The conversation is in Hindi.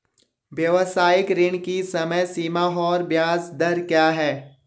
व्यावसायिक ऋण की समय सीमा और ब्याज दर क्या है?